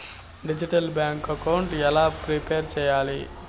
Digital bank account ఎలా prepare సెయ్యాలి?